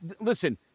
Listen